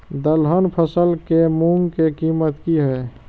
दलहन फसल के मूँग के कीमत की हय?